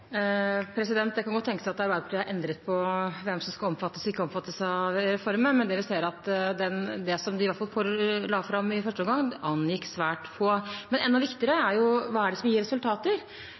kan godt tenkes at Arbeiderpartiet har endret på hvem som skal omfattes og ikke omfattes av reformen, men vi ser at det de iallfall la fram i første omgang, angikk svært få. Enda viktigere er hva det er som gir resultater.